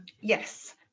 Yes